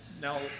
now